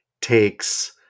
takes